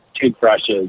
toothbrushes